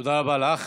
תודה רבה לך.